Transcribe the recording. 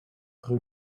rue